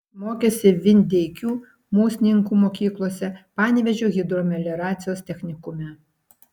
mokėsi vindeikių musninkų mokyklose panevėžio hidromelioracijos technikume